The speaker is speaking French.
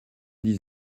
dix